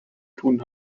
tun